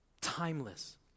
timeless